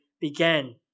began